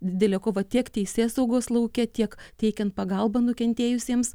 didelė kova tiek teisėsaugos lauke tiek teikiant pagalbą nukentėjusiems